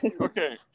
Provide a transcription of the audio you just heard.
okay